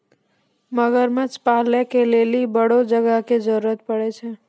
मगरमच्छ पालै के लेली बड़ो जगह के जरुरत पड़ै छै